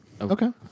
Okay